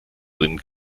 bringen